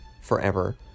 forever